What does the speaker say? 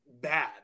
bad